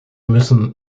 müssen